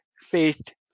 faced